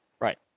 Right